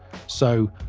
so,